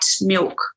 milk